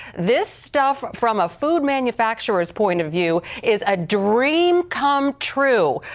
this stuff from a food manufacturer's point of view is a dream come true.